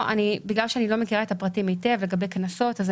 בגלל שאני לא מכירה היטב את הפרטים לגבי קנסות אני